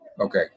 Okay